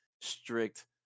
strict